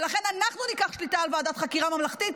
ולכן אנחנו ניקח שליטה על ועדת חקירה ממלכתית,